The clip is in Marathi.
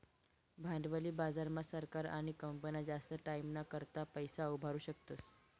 भांडवली बाजार मा सरकार आणि कंपन्या जास्त टाईमना करता पैसा उभारु शकतस